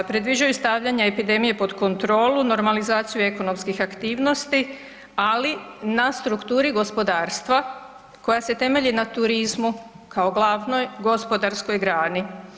Predviđaju stavljanje epidemije pod kontrolu, normalizaciju ekonomskih aktivnosti, ali na strukturi gospodarstva koja se temelji na turizmu kao glavnoj gospodarskoj grani.